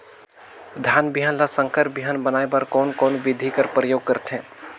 धान बिहान ल संकर बिहान बनाय बर कोन कोन बिधी कर प्रयोग करथे?